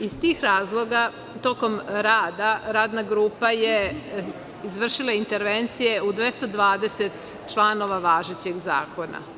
Iz tih razloga tokom rada Radna grupa je izvršila intervencije u 220 članova važećeg zakona.